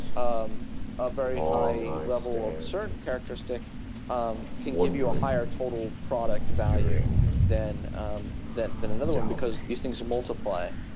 um a very high level of certain characteristic um can give you a higher total product value than um than another one, because these things multiply